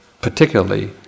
particularly